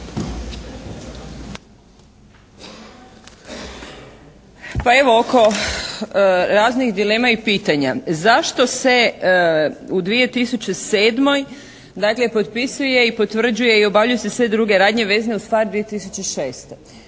Pa evo oko raznih dilema i pitanja. Zašto se u 2007. dakle potpisuje i potvrđuje i obavljaju se sve druge radnje vezane uz PHARE 2006.?